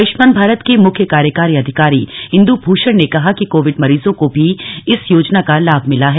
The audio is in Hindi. आयुष्मान भारत के मुख्य कार्यकारी अधिकारी इंदू भूषण ने कहा कि कोविड मरीजों को भी इस योजना का लाभ मिला है